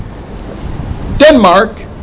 denmark